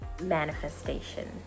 manifestation